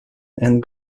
and